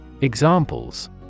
Examples